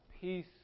peace